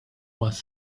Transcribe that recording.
was